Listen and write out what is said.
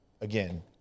again